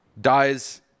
dies